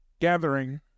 gathering